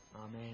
Amen